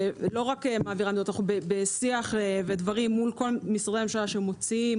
ונמצאת בשיח מול כל משרדי הממשלה שמוציאים